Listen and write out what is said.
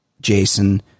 Jason